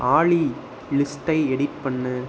ஆலி லிஸ்ட்டை எடிட் பண்ணு